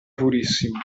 purissimo